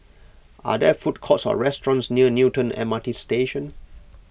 are there food courts or restaurants near Newton M R T Station